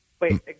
Wait